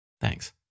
Thanks